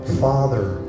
father